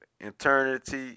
eternity